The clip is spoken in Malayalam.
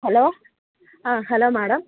ഹലോ ആ ഹലോ മാഡം